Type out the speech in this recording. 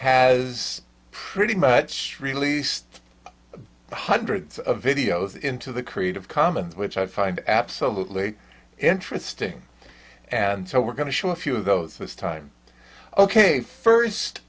has pretty much released hundreds of videos into the creative commons which i find absolutely interesting and so we're going to show a few of those this time ok first